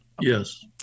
yes